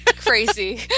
crazy